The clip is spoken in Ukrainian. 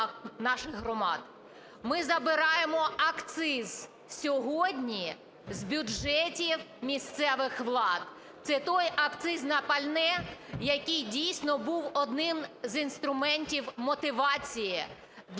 Ми забираємо акциз сьогодні з бюджетів місцевих влад. Це той акциз на пальне, який дійсно був одним з інструментів мотивації для ОТГ